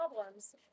problems